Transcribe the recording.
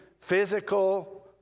physical